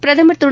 பிரதமர் திரு